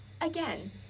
Again